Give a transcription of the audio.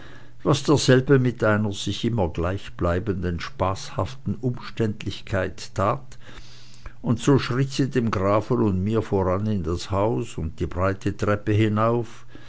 was derselbe mit einer sich immer gleichbleibenden spaßhaften umständlichkeit tat und so schritt sie dem grafen und mir voran in das haus und die breite treppe hinauf